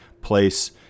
place